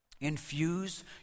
Infuse